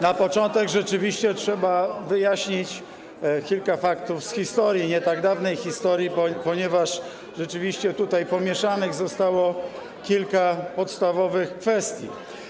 Na początek rzeczywiście trzeba wyjaśnić kilka faktów z historii, nie tak dawnej historii, ponieważ tutaj pomieszanych zostało kilka podstawowych kwestii.